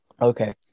Okay